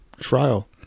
trial